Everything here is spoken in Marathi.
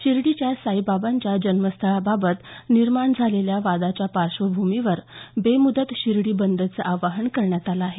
शिर्डीच्या साईबाबांच्या जन्मस्थळाबाबत निर्माण झालेल्या वादाच्या पार्श्वभूमीवर बेमुदत शिर्डी बंदचं आवाहन करण्यात आलं आहे